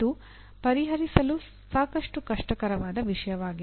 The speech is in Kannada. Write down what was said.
ಇದು ಪರಿಹರಿಸಲು ಸಾಕಷ್ಟು ಕಷ್ಟಕರವಾದ ವಿಷಯವಾಗಿದೆ